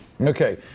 Okay